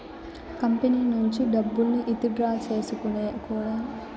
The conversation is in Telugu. కంపెనీ నుంచి డబ్బుల్ని ఇతిడ్రా సేసుకోడానికి రుణ ఖాతాని వాడుకోవచ్చు